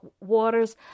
waters